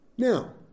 Now